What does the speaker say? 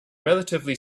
relatively